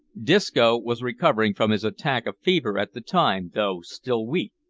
disco was recovering from his attack of fever at the time, though still weak.